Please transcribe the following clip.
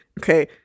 Okay